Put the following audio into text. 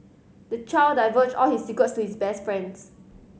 the child divulged all his secrets to his best friends